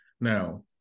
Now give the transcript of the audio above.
Now